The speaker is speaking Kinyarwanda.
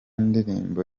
ndirimbo